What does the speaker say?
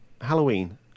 Halloween